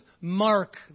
mark